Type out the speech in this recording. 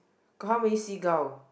got how many seagull